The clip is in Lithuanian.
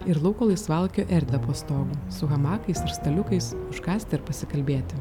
ir lauko laisvalaikio erdvę po stogu su hamakais ir staliukais užkąsti ir pasikalbėti